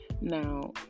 Now